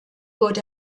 wurde